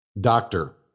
Doctor